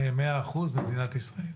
מאה אחוז במדינת ישראל.